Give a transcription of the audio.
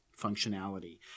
functionality